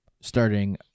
starting